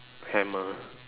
hammer